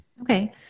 Okay